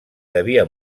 devia